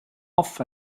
off